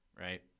right